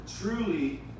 truly